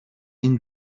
این